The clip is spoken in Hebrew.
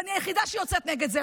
ואני היחידה שיוצאת נגד זה,